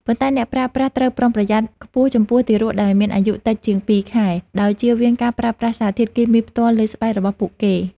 ប៉ុន្តែអ្នកប្រើប្រាស់ត្រូវប្រុងប្រយ័ត្នខ្ពស់ចំពោះទារកដែលមានអាយុតិចជាងពីរខែ ដោយជៀសវាងការប្រើប្រាស់សារធាតុគីមីផ្ទាល់លើស្បែករបស់ពួកគេ។